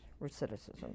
recidivism